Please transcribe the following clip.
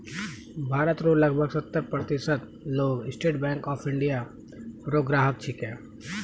भारत रो लगभग सत्तर प्रतिशत लोग स्टेट बैंक ऑफ इंडिया रो ग्राहक छिकै